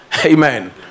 Amen